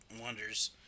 wonders